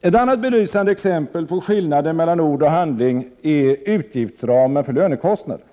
Ett annat belysande exempel på skillnaden mellan ord och handling är utgiftsramen för lönekostnader.